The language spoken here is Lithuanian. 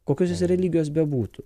kokios jis religijos bebūtų